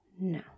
No